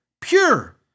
pure